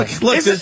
look